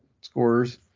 scorers